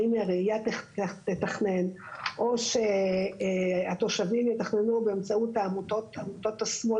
האם העירייה תתכנן או שהתושבים יתכננו באמצעות העמותות,